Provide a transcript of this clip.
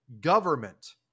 government